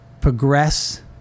Progress